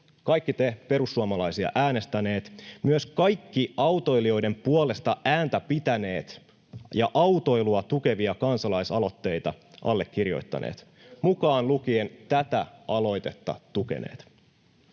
kaikki te perussuomalaisia äänestäneet, myös kaikki autoilijoiden puolesta ääntä pitäneet ja autoilua tukevia kansalaisaloitteita allekirjoittaneet, mukaan lukien tätä aloitetta tukeneet.